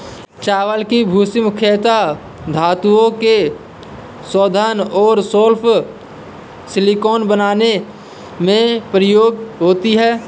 चावल की भूसी मुख्यता धातुओं के शोधन और सोलर सिलिकॉन बनाने में प्रयोग होती है